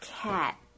cat